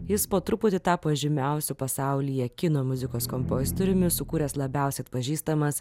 jis po truputį tapo žymiausiu pasaulyje kino muzikos kompozitoriumi sukūręs labiausiai atpažįstamas